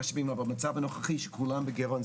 במיוחד במצב הנוכחי שכולם בגירעון.